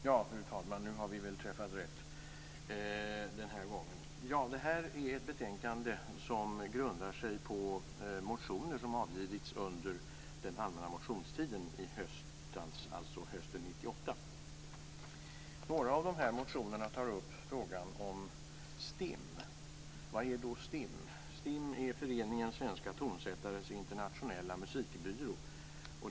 Fru talman! Den här gången har vi väl träffat rätt. Det här är ett betänkande som grundar sig på motioner som avgivits under den allmänna motionstiden hösten 1998. Några av motionerna tar upp frågan om STIM. Vad är då STIM? STIM är föreningen Svenska tonsättares internationella musikbyrå.